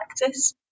practice